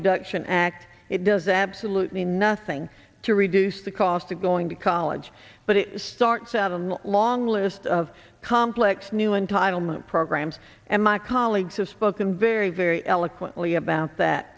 reduction act it does absolutely nothing to reduce the cost of going to college but it starts out on the long list of complex new entitlement programs and my colleagues have spoken very very eloquently about that